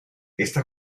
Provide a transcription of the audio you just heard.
esta